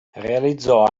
realizzò